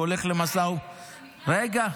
הוא הולך למשא ומתן ------ רגע,